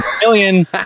million